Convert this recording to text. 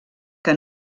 que